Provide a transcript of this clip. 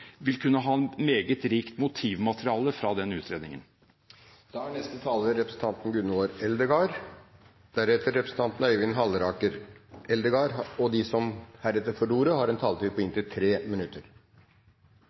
vil kunne ha et meget rikt motivmateriale fra den utredningen. De talere som heretter får ordet, har en taletid på